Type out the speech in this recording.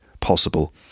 possible